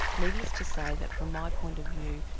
needless to say that from my point of view,